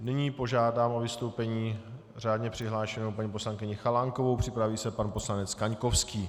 Nyní požádám o vystoupení řádně přihlášenou paní poslankyni Chalánkovou, připraví se pan poslanec Kaňkovský.